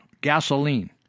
gasoline